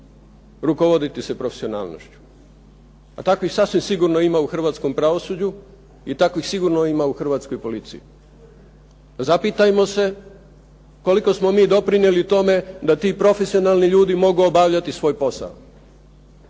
rukovoditi se profesionalnošću, a takvih sasvim sigurno ima u hrvatskom pravosuđu i takvih sigurno ima u hrvatskoj policiji. Zapitajmo se koliko smo mi doprinijeli tome da ti profesionalni ljudi mogu obavljati svoj posao,